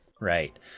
right